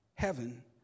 heaven